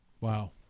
Wow